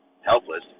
helpless